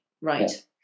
Right